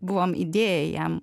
buvom įdėję jam